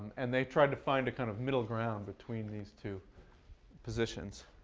and they tried to find a kind of middle ground between these two positions.